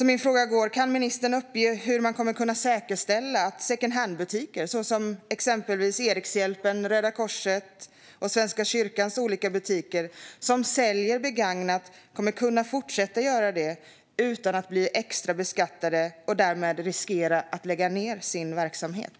Min fråga är: Kan ministern uppge hur man kommer att kunna säkerställa att secondhandbutiker, exempelvis Erikshjälpen, Röda Korset och Svenska kyrkans olika butiker, som säljer begagnat kommer att kunna fortsätta att göra det utan att bli extra beskattade och därmed riskera att behöva lägga ned sin verksamhet?